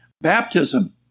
baptism